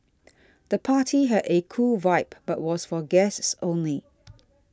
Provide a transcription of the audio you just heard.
the party had a cool vibe but was for guests only